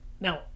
now